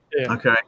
Okay